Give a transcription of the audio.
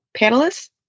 panelists